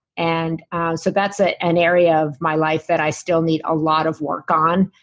and and so that's ah an area of my life that i still need a lot of work on,